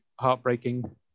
heartbreaking